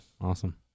Awesome